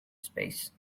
space